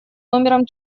номером